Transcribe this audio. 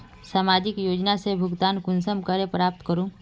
सामाजिक योजना से भुगतान कुंसम करे प्राप्त करूम?